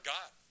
God